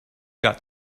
got